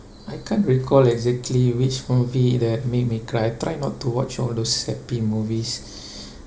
I can't recall exactly which movie that made me cry I try not to watch all those sappy movies